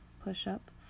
push-up